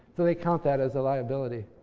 they count that as a liability.